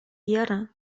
вера